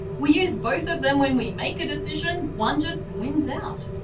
we use both of them when we make a decision one just wins out.